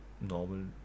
normal